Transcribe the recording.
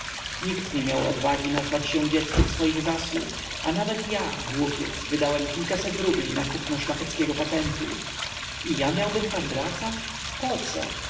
nikt nie miał odwagi nazwać się dzieckiem swoich zasług a nawet ja głupiec wydałem kilkaset rubli na kupno szlacheckiego patentu i ja miałbym tam wracać poco tu